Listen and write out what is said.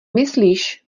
myslíš